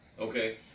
Okay